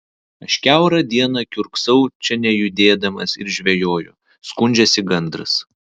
aš kiaurą dieną kiurksau čia nejudėdamas ir žvejoju skundžiasi gandras